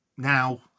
Now